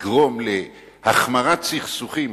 לגרום להחמרת סכסוכים,